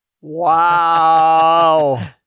Wow